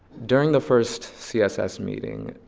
during the first css meeting,